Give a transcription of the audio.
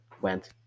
went